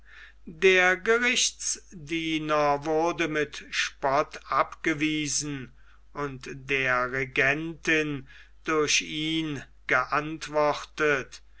der gerichtsdiener wurde mit spott abgewiesen und der regentin durch ihn geantwortet